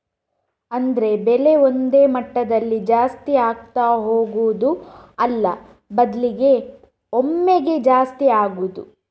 ಅಂದ್ರೆ ಬೆಲೆ ಒಂದೇ ಮಟ್ಟದಲ್ಲಿ ಜಾಸ್ತಿ ಆಗ್ತಾ ಹೋಗುದು ಅಲ್ಲ ಬದ್ಲಿಗೆ ಒಮ್ಮೆಗೇ ಜಾಸ್ತಿ ಆಗುದು